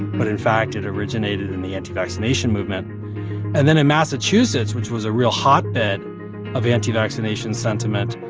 but in fact, it originated in the anti-vaccination movement and then in massachusetts, which was a real hotbed of anti-vaccination sentiment,